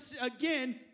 again